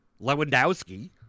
Lewandowski